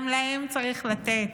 גם להם צריך לתת,